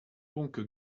donc